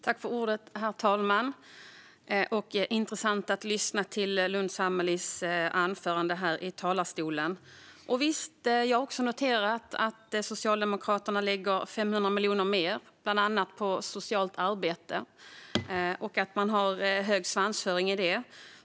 Herr talman! Det var intressant att lyssna till Lundh Sammelis anförande här i talarstolen. Och visst - jag har också noterat att Socialdemokraterna lägger 500 miljoner mer, bland annat på socialt arbete, och att man har hög svansföring i det.